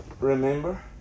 remember